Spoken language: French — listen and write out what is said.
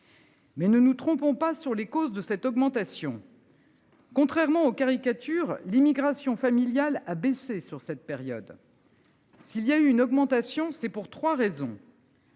Mais ne nous trompons pas sur les causes de cette augmentation.-- Contrairement aux caricatures, l'immigration familiale a baissé sur cette période. S'il y a eu une augmentation, c'est pour 3 raisons.--